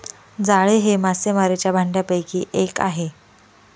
जाळे हे मासेमारीच्या भांडयापैकी एक आहे